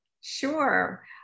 Sure